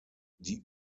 die